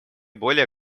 более